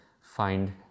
find